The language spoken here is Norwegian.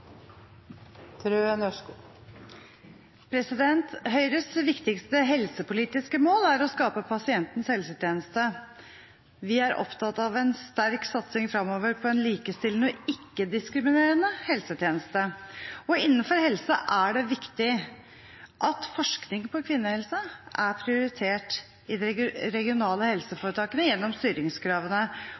å skape pasientens helsetjeneste. Vi er opptatt av en sterk satsing på en likestillende og ikke-diskriminerende helsetjeneste fremover. Innenfor helse er det viktig at forskning på kvinnehelse er prioritert i de regionale helseforetakene gjennom styringskravene,